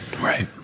right